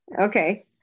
Okay